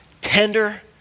tender